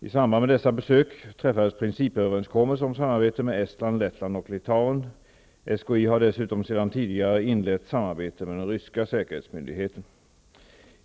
I samband med dessa besök träffades principöverenskommelser om samarbete med Estland, Lettland och Litauen. SKI har dessutom sedan tidigare inlett samarbete med den ryska säkerhetsmyndigheten.